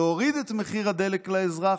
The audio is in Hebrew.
להוריד את מחיר הדלק לאזרח,